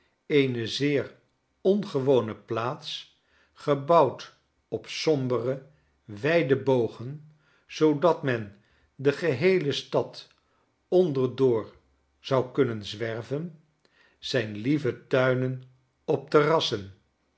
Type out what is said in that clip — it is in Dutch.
eene zeer ongewone plaats gebouwd op sombere wijde bogen zoodat men de geheele stad onderdoor zou kunnen zwerven zijn lieve tuinen op terrassen